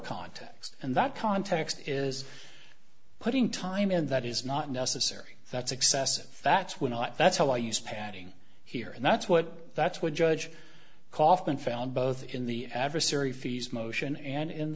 context and that context is putting time in that is not necessary that's excessive that's when i that's how i use padding here and that's what that's what judge kaufman found both in the adversary fees motion and